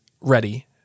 ready